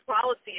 policy